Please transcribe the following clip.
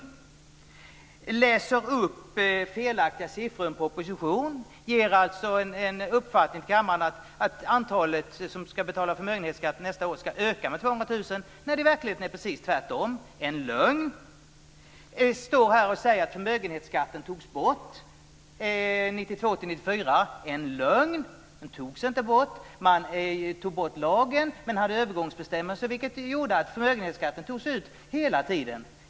Hon läser upp felaktiga siffror och ger kammaren uppfattningen att antalet som ska betala förmögenhetsskatt nästa år kommer att öka med 200 000 när det i verkligheten är precis tvärtom. Det är en lögn. Hon står här och säger att förmögenhetsskatten togs bort 1992-1994. Det är en lögn. Den togs inte bort. Man tog bort lagen men hade övergångsbestämmelser, vilket gjorde att förmögenhetsskatt togs ut hela tiden.